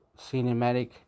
cinematic